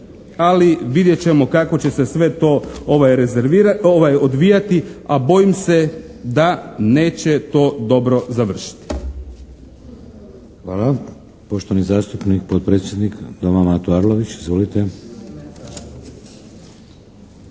ali vidjet ćemo kako će se sve to odvijati, a bojim se da neće to dobro završiti. **Šeks, Vladimir (HDZ)** Hvala. Poštovani zastupnik, potpredsjednik Doma Mato Arlović. Izvolite.